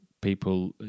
people